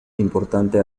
importante